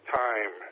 time